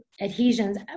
adhesions